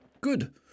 Good